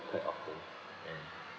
quite often and